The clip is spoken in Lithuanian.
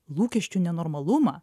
lūkesčių nenormalumą